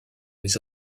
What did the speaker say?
les